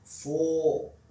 four